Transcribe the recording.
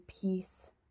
peace